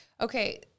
Okay